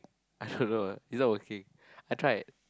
I should know ah it's not working I tried